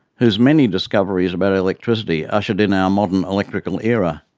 whose many discoveries about electricity ushered in our modern electrical era.